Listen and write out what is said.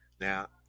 Now